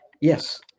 Yes